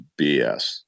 BS